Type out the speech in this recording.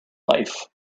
life